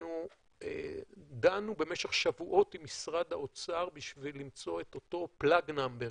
אנחנו דנו במשך שבועות עם משרד האוצר בשביל למצוא את אותו plug number,